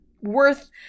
worth